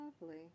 lovely